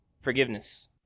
forgiveness